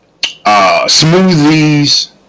smoothies